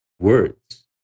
words